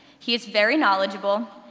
he is very knowledgeable,